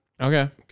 Okay